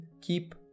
keep